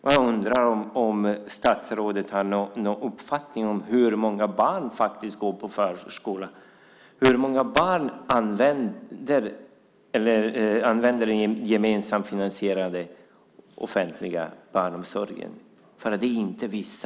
Jag undrar om statsrådet har någon uppfattning om hur många barn som faktiskt går i förskola, hur många föräldrar som använder den gemensamt finansierade offentliga barnomsorgen. Det är inte vissa.